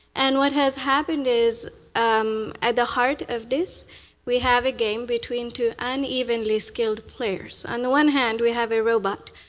and what has happened is at the heart of this we have a game between two unevenly skilled players. on one hand we have a robot,